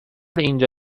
اینجا